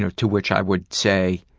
to which i would say,